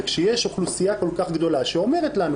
וכשיש אוכלוסייה כל כך גדולה שאומרת לנו,